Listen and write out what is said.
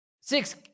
six